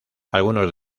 algunos